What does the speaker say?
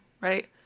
Right